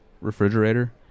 Refrigerator